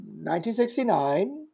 1969